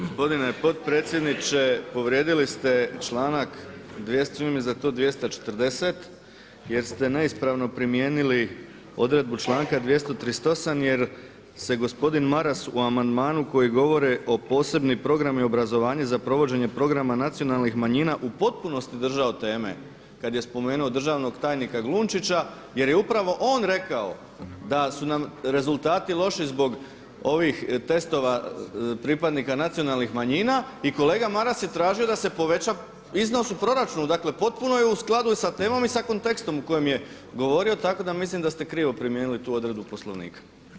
Gospodine potpredsjedniče, povrijedili ste članak, čini mi se da je to 240. jer ste neispravno primijenili odredbu članka 238. jer se gospodin Maras u amandmanu koji govore o posebni programi i obrazovanje za provođenje programa nacionalnih manjina u potpunosti držao teme kada je spomenuo državnog tajnika Glunčića jer je upravo on rekao da su nam rezultati loši zbog ovih testova, pripadnika nacionalnih manjina i kolega Maras je tražio da se poveća iznos u proračunu, dakle potpuno je u skladu i sa temom i sa kontekstom o kojem je govorio tako da mislim da ste krivo primijenili tu odredbu Poslovnika.